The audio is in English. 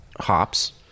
hops